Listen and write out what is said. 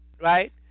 right